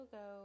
go